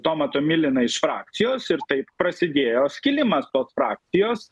tomą tomiliną iš frakcijos ir taip prasidėjo skilimas tos frakcijos